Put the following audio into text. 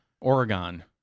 Oregon